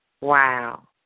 Wow